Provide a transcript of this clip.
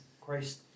Christ